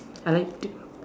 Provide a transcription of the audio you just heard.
I like t~